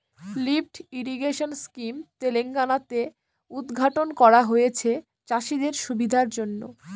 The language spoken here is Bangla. লিফ্ট ইরিগেশন স্কিম তেলেঙ্গানা তে উদ্ঘাটন করা হয়েছে চাষীদের সুবিধার জন্য